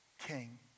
king